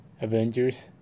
Avengers